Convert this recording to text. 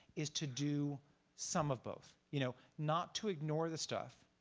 is to do some of both. you know not to ignore the stuff,